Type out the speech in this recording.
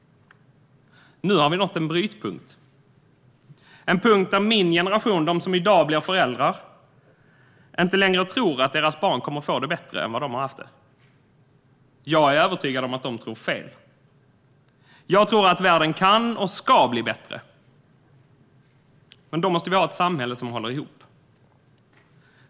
Nu har vi nått en brytpunkt, en punkt där min generation, de som i dag blir föräldrar, inte längre tror att deras barn kommer att få det bättre än vad de har haft det. Men jag är övertygad om att de tror fel. Jag tror att världen kan och ska bli bättre. Men då måste vi ha ett samhälle som håller ihop.